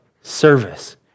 service